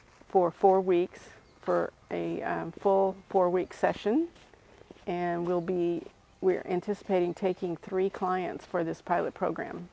for four weeks for a full four week session and will be we're anticipating taking three clients for this pilot program